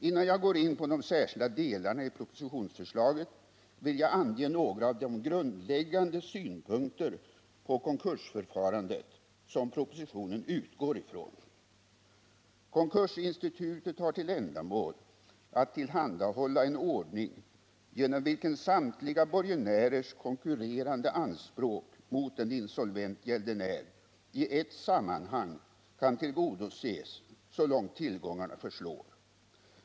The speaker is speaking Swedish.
Innan jag går in på de särskilda delarna i propositionsförslaget vill jag ange några av de grundläggande synpunkter på konkursförfarandet som propositionen utgår ifrån. Konkursinstitutet har till ändamål att tillhandahålla en ordning genom vilken samtliga borgenärers konkurrerande anspråk mot en insolvent gäldenär i ett sammanhang kan tillgodoses så långt tillgångarna förslår.